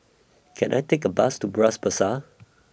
Can I Take A Bus to Bras Basah